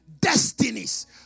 destinies